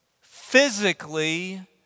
physically